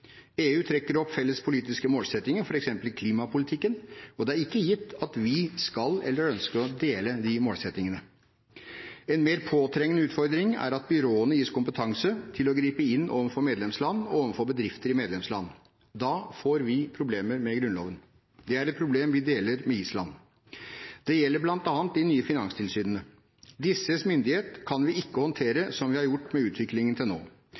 EU trekker opp felles politiske målsettinger, f.eks. i klimapolitikken, og det er ikke gitt at vi skal eller ønsker å dele de målsettingene. En mer påtrengende utfordring er at byråene gis kompetanse til å gripe inn overfor medlemsland og overfor bedrifter i medlemsland. Da får vi problemer med Grunnloven. Det er et problem vi deler med Island. Det gjelder bl.a. de nye finanstilsynene. Disses myndighet kan vi ikke håndtere som vi har gjort med utviklingen til nå.